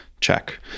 Check